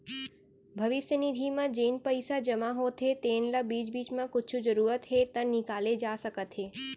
भविस्य निधि म जेन पइसा जमा होथे तेन ल बीच बीच म कुछु जरूरत हे त निकाले जा सकत हे